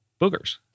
boogers